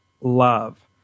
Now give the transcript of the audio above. love